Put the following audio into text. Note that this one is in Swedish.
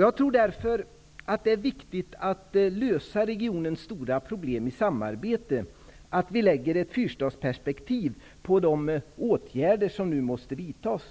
Jag tror därför att det är viktigt att lösa regionens stora problem i samarbete, att vi lägger ett fyrstadsperspektiv på de åtgärder som nu måste vidtas.